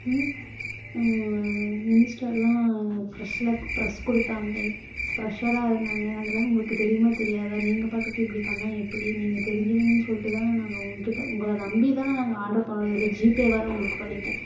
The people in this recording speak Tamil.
மினிஸ்டர்லாம் ப்ரெஸ்ல ப்ரெஸ் கொடுத்தாங்களே பிரெஷ்ஷராக இருந்தாங்க அதல்லாம் உங்களுக்கு தெரியுமா தெரியாதா நீங்கள் பாட்டுக்கு இப்படி பண்ணால் எப்படி நீங்கள் தெரிஞ்சவங்கன்னு சொல்லிவிட்டு தானே நாங்கள் உங்கக்கிட்டே உங்களை நம்பி தானே நாங்கள் ஆடர் பண்ணோம் இதில் ஜிபே வேற உங்களுக்கு பண்ணிவிட்டேன்